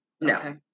No